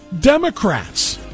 Democrats